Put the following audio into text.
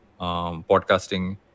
podcasting